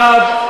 60 בעד,